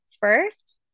first